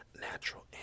natural